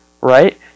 Right